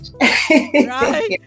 right